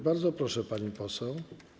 Bardzo proszę, pani poseł.